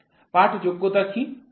slide time পড়ুন ২৩৪৮ পাঠযোগ্যতা কী